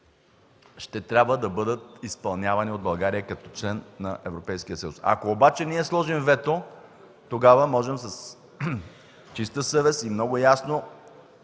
ще трябва да бъдат изпълнявани от България като член на Европейския съюз. Ако обаче ние сложим вето, тогава можем с чиста съвест и много ясно